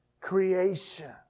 creation